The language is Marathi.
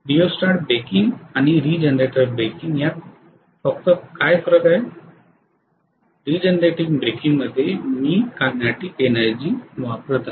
रिओस्टेट ब्रेकिंग आणि रीजनरेटर ब्रेकिंग यात फक्त कायं फरक आहे पुनरुत्पादक ब्रेकिंगमध्ये मी गतीशील ऊर्जा वापरत आहे